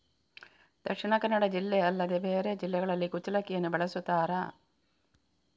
ದಕ್ಷಿಣ ಕನ್ನಡ ಜಿಲ್ಲೆ ಅಲ್ಲದೆ ಬೇರೆ ಜಿಲ್ಲೆಗಳಲ್ಲಿ ಕುಚ್ಚಲಕ್ಕಿಯನ್ನು ಬೆಳೆಸುತ್ತಾರಾ?